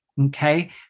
Okay